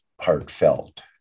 heartfelt